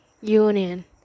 union